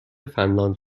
فنلاند